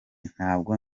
ntabwo